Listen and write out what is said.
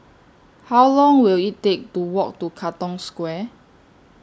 How Long Will IT Take to Walk to Katong Square